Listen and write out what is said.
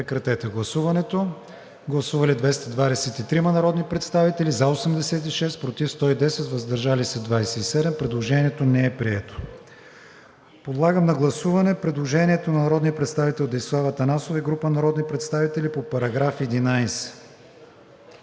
както казах. Гласували 223 народни представители: за 86, против 110, въздържали се 27. Предложението не е прието. Подлагам на гласуване предложението на народния представител Десислава Атанасова и група народни представители по § 11.